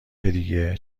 دیگه